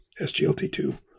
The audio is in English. SGLT2